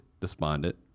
despondent